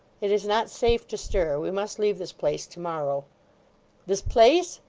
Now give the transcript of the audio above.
it is not safe to stir. we must leave this place to-morrow this place!